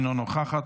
אינה נוכחת,